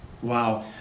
Wow